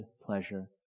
pleasure